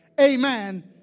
Amen